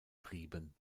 trieben